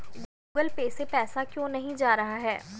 Google Pay से पैसा क्यों नहीं जा रहा है?